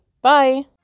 Bye